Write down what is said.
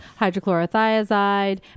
hydrochlorothiazide